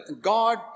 God